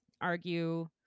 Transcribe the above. argue